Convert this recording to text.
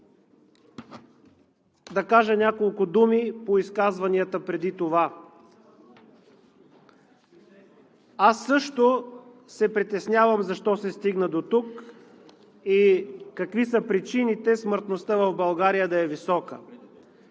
да кажа няколко думи по изказванията преди това. Аз също се притеснявам защо се стигна дотук и какви са причините смъртността в България да е висока.